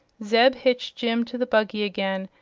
zeb hitched jim to the buggy again,